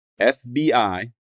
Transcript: FBI